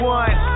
one